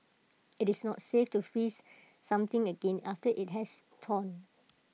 IT is not safe to freeze something again after IT has thawed